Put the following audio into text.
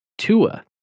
Tua